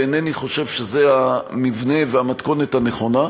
ואינני חושב שזה המבנה והמתכונת הנכונים.